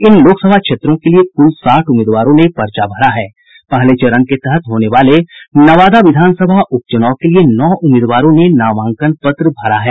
इन लोकसभा क्षेत्रों के लिए कुल साठ उम्मीदवारों ने पर्चा भरा है पहले चरण के तहत होने वाले नवादा विधानसभा उप चुनाव के लिए नौ उम्मीदवारों ने नामांकन पत्र भरा है